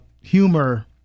humor